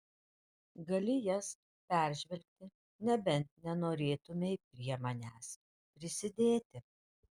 gali jas peržvelgti nebent nenorėtumei prie manęs prisidėti